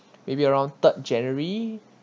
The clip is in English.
maybe around third january